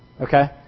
Okay